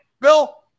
Bill